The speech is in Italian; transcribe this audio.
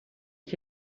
che